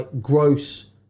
gross